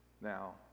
Now